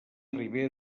ribera